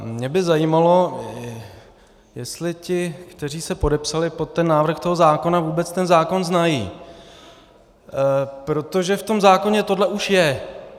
Mě by zajímalo, jestli ti, kteří se podepsali pod návrh toho zákona, vůbec ten zákon znají, protože v tom zákoně tohle už je.